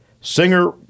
Singer